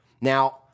Now